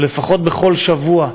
או לפחות בכל שבוע,